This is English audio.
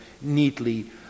neatly